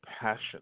passion